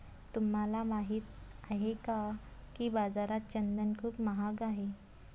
तुम्हाला माहित आहे का की बाजारात चंदन खूप महाग आहे?